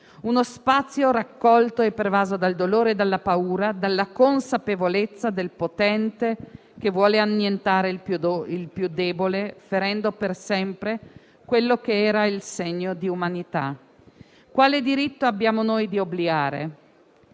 Uno spazio raccolto e pervaso dal dolore e dalla paura, dalla consapevolezza del potente che vuole annientare il più debole, ferendo per sempre quello che era il segno di umanità. Quale diritto abbiamo noi di obliare?